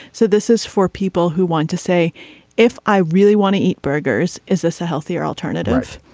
so this is for people who want to say if i really want to eat burgers is this a healthier alternative.